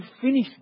finish